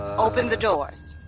open the doors.